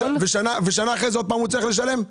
ושנה אחרי זה שוב צריך לשלם?